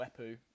Wepu